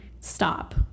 stop